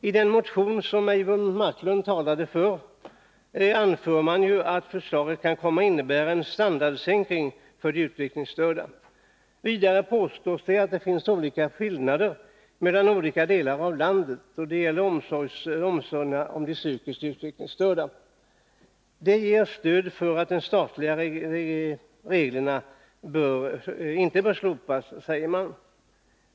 I den motion som Eivor Marklund talade för anför man att förslaget kan komma att innebära en standardsänkning för de utvecklingsstörda. Vidare påstås det att det finns skillnader mellan olika delar av landet då det gäller omsorgen av de psykiskt utvecklingsstörda. Detta ger stöd för att de statliga reglerna inte bör slopas, säger man.